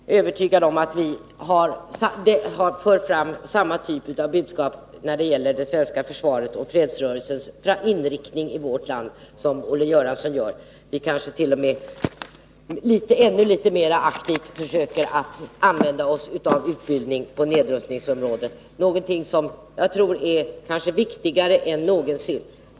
Fru talman! Jag tycker inte att Olle Göransson skall insinuera att vi från moderat sida vänder människorna ryggen. Vi är många inom vårt parti som är ute och talar i fredsorganisationer och i fredsrörelsen, och jag är övertygad om att vi för fram samma typ av budskap när det gäller det svenska försvaret och fredsrörelsens inriktning i vårt land som Olle Göransson för fram. Vi försöker kanske ännu litet mera aktivt använda oss av utbildning på nedrustningsområdet — någonting som jag tror är viktigare än någonsin.